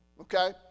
Okay